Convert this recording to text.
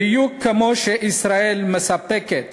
בדיוק כמו שישראל מספקת